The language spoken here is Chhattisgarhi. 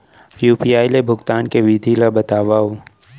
यू.पी.आई ले भुगतान के विधि ला बतावव